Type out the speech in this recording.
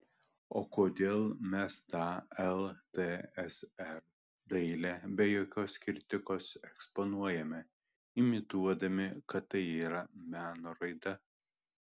o kodėl mes tą ltsr dailę be jokios kritikos eksponuojame imituodami kad tai yra meno raida